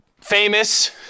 famous